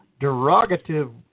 derogative